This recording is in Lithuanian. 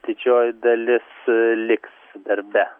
didžioji dalis liks darbe